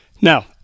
Now